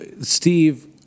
Steve